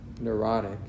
neurotic